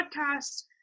podcast